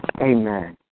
Amen